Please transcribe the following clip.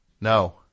No